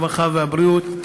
הרווחה והבריאות,